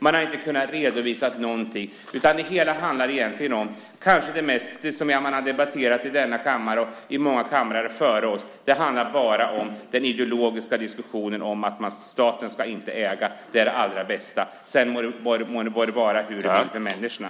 Man har inte kunnat redovisa någonting, utan det hela handlar egentligen bara om den ideologiska diskussionen - vilket debatterats många gånger tidigare i denna kammare - att staten inte ska vara ägare, att det är det allra bästa. Sedan må det vara hur det vill för människorna.